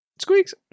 Squeaks